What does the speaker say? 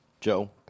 Joe